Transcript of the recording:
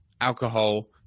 alcohol